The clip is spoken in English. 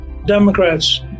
Democrats